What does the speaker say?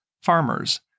farmers